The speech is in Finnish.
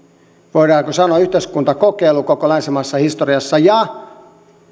voidaanko sanoa yhteiskuntakokeilu koko länsimaisessa historiassa ja